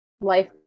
life